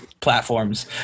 platforms